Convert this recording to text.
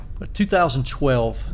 2012